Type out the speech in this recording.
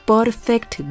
Perfect